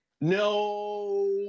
No